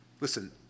Listen